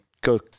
Go